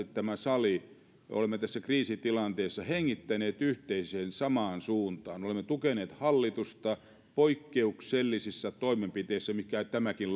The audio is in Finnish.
tämä sali olemme aivan aidosti tässä kriisitilanteessa hengittäneet yhteiseen samaan suuntaan olemme tukeneet hallitusta poikkeuksellisissa toimenpiteissä kuten tämäkin